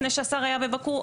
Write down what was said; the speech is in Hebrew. לפני שהשר היה בבאקו,